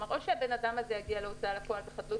או שהבן אדם יגיע להוצאה לפועל וחדלות